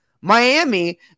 Miami